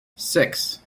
six